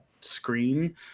screen